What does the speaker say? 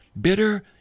Bitter